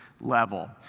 level